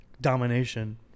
Domination